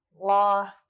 law